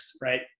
right